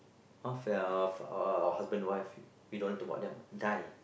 half our our husband wife we don't talk about them ah die